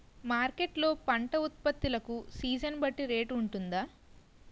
Market లొ పంట ఉత్పత్తి లకు సీజన్ బట్టి రేట్ వుంటుందా?